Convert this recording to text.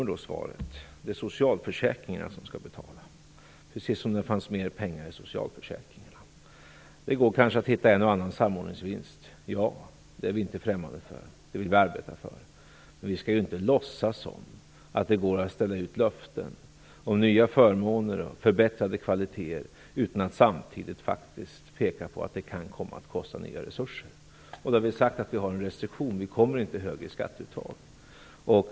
Detta skall betalas via socialförsäkringarna, precis som om det fanns mer pengar där. Det går kanske att hitta en och annan samordningsvinst. Det är vi inte främmande för. Det vill vi arbeta för. Vi skall ju inte låtsas som att det går att ställa ut löften om nya förmåner och en förbättrad kvalitet utan att samtidigt faktiskt peka på att det kan komma att kosta nya resurser. Vi har sagt att vi har en restriktion. Det blir inte högre skatteuttag.